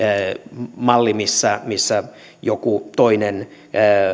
malli jossa joku toinen